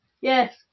Yes